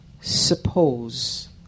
Suppose